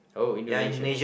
oh Indonesia